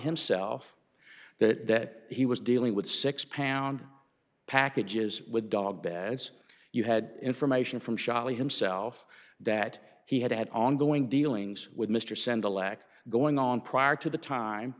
himself that he was dealing with six pound packages with dog beds you had information from shockley himself that he had had ongoing dealings with mr send alack going on prior to the time